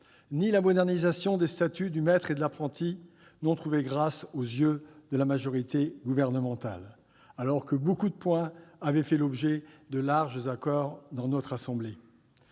ni la modernisation des statuts du maître et de l'apprenti n'ont trouvé grâce aux yeux de la majorité gouvernementale, alors que de nombreux points avaient fait l'objet de larges accords dans notre assemblée.